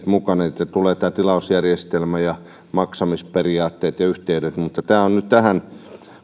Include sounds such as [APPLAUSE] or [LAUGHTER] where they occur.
[UNINTELLIGIBLE] mukana että tulevat nämä tilausjärjestelmä ja maksamisperiaatteet ja yhteydet tämä on nyt